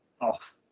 off